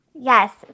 yes